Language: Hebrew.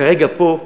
כרגע פה,